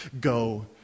Go